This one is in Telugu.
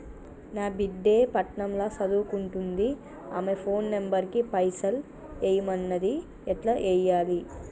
నా బిడ్డే పట్నం ల సదువుకుంటుంది ఆమె ఫోన్ నంబర్ కి పైసల్ ఎయ్యమన్నది ఎట్ల ఎయ్యాలి?